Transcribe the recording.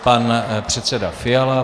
Pan předseda Fiala.